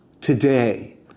Today